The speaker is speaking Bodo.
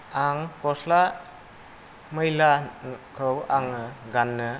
आं गस्ला मैलाखौ आङो गान्नो